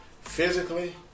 physically